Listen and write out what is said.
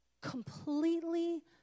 completely